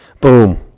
Boom